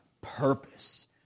purpose